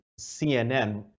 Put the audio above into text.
CNN